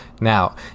Now